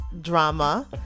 drama